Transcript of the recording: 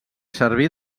servir